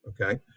okay